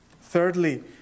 Thirdly